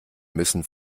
müssen